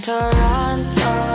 Toronto